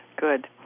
good